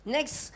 Next